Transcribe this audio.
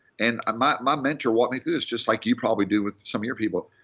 and ah my my mentor walked me through this, just like you probably do with some of your people.